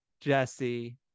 Jesse